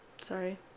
Sorry